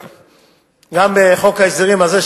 גם בחוק ההסדרים הזה,